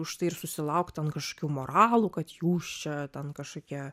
užtai ir susilauk ten kažkokių moralų kad jūs čia ten kašokie